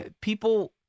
people